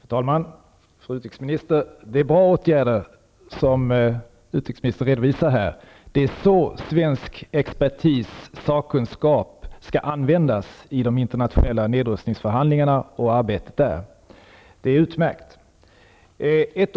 Fru talman! Fru utrikesminister! Det är bra åtgärder som utrikesministern redovisar. Det är på det sättet som svensk expertis och sakkunskap skall användas i de internationella nedrustningsförhandlingarna och i arbetet där. Det är utmärkt.